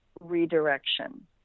redirection